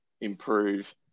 improve